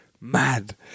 Mad